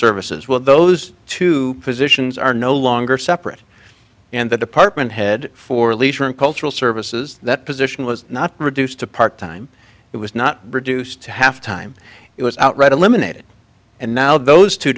services will those two positions are no longer separate and the department head for leisure and cultural services that position was not reduced to part time it was not reduced to half time it was outright eliminated and now those two